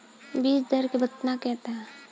बीज दर केतना बा?